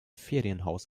ferienhaus